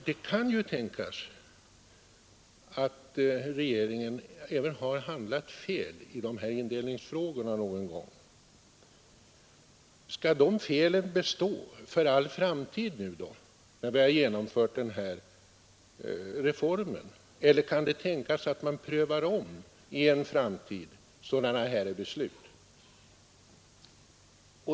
Det kan ju även tänkas att regeringen har handlat fel i indelningsfrågorna någon gång. Skall då de felen bestå för all framtid, när vi har genomfört den här reformen, eller kan det tänkas att man i en framtid omprövar sådana beslut?